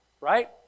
Right